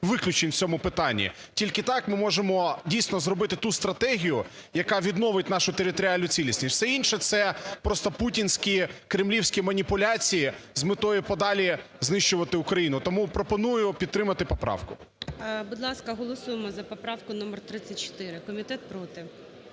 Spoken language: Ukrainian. виключень в цьому питанні. Тільки так ми можемо дійсно зробити ту стратегію, яка відновить нашу територіальну цілісність. Все інше – це просто путінські, кремлівські маніпуляції з метою подалі знищувати Україну. Тому пропоную підтримати поправку. ГОЛОВУЮЧИЙ. Будь ласка, голосуємо за поправку номер 34. Комітет проти.